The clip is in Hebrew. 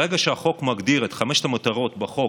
ברגע שהחוק מגדיר את חמש המטרות בחוק,